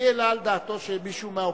ההצעה להעביר את הצעת חוק שמירת הניקיון (תיקון מס' 17),